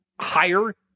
higher